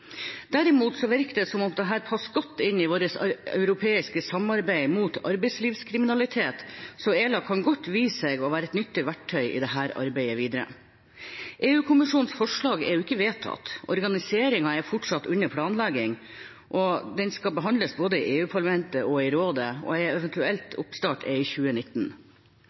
Derimot virker det som om dette passer godt inn i vårt europeiske samarbeid mot arbeidslivskriminalitet, så ELA kan godt vise seg å være et nyttig verktøy i dette arbeidet videre. EU-kommisjonens forslag er ikke vedtatt. Organiseringen er fortsatt under planlegging, den skal behandles både i EU-parlamentet og i Rådet, og en eventuell oppstart er i 2019.